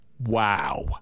Wow